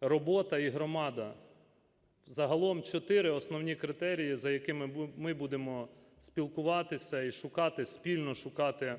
робота і громада – загалом 4 основні критерії, за якими ми будемо спілкуватися і шукати, спільно шукати